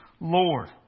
Lord